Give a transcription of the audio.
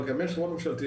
אבל גם יש חברות ממשלתיות